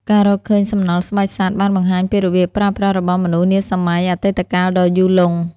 ការរកឃើញសំណល់ស្បែកសត្វបានបង្ហាញពីរបៀបប្រើប្រាស់របស់មនុស្សនាសម័យអតីតកាលដ៏យូរលង់។